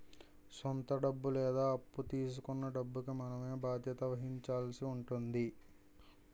సొంత డబ్బు లేదా అప్పు తీసుకొన్న డబ్బుకి మనమే బాధ్యత వహించాల్సి ఉంటుంది